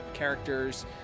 Characters